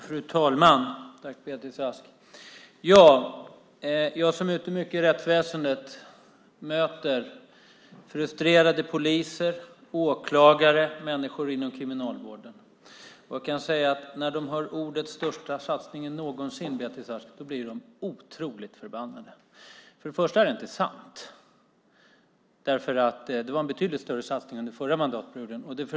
Fru talman! Tack, Beatrice Ask! Jag som är ute mycket i rättsväsendet möter frustrerade poliser, åklagare och människor inom kriminalvården. Jag kan säga att när de hör orden "största satsningen någonsin" blir de otroligt förbannade, Beatrice Ask. För det första är det inte sant. Det gjordes en betydligt större satsning under förra mandatperioden.